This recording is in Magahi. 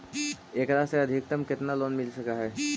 एकरा से अधिकतम केतना लोन मिल सक हइ?